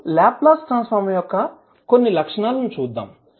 ఇప్పుడు Laplace transform యొక్క కొన్ని లక్షణాలు చూద్దాం